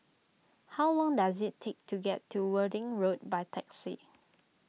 how long does it take to get to Worthing Road by taxi